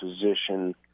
position